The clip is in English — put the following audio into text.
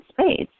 space